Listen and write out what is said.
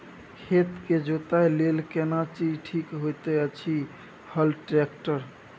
खेत के जोतय लेल केना चीज ठीक होयत अछि, हल, ट्रैक्टर?